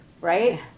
right